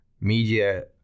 media